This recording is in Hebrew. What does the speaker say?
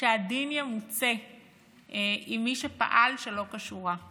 שהדין ימוצה עם מי שפעל שלא כשורה.